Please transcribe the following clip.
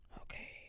okay